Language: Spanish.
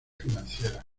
financieras